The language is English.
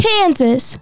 Kansas